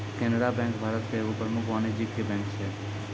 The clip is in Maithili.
केनरा बैंक भारत के एगो प्रमुख वाणिज्यिक बैंक छै